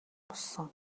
болсон